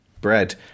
bread